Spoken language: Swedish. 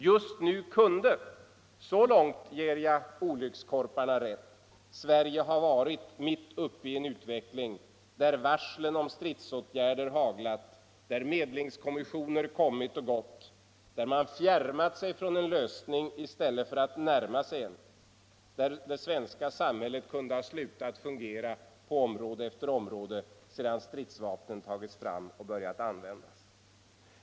Just nu kunde — så långt ger jag olyckskorparna rätt — Sverige ha varit mitt uppe i en utveckling där varslen om stridåtgärder haglat, där medlingskommissioner kommit och gått, där man fjärmat sig från en lösning i stället för att närma sig en, där det svenska samhället kunde ha slutat fungera på område efter område sedan stridsvapnen tagits fram och börjat användas.